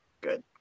good